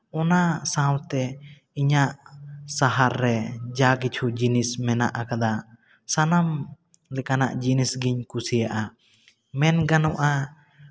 ᱚᱱᱟ ᱥᱟᱶᱛᱮ ᱤᱧᱟᱹᱜ ᱥᱟᱦᱟᱨ ᱨᱮ ᱡᱟ ᱠᱤᱪᱷᱩ ᱡᱤᱱᱤᱥ ᱢᱮᱱᱟᱜ ᱟᱠᱟᱫᱟ ᱥᱟᱱᱟᱢ ᱞᱮᱠᱟᱱᱟᱜ ᱡᱤᱱᱤᱥ ᱜᱤᱧ ᱠᱩᱥᱤᱭᱟᱜᱼᱟ ᱢᱮᱱ ᱜᱟᱱᱚᱜᱼᱟ